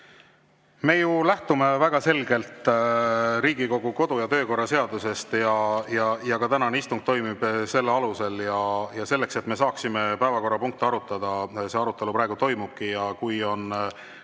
Me lähtume väga selgelt Riigikogu kodu- ja töökorra seadusest, ka tänane istung toimub selle alusel. Selleks, et me saaksime päevakorrapunkte arutada, see arutelu praegu toimubki. Kui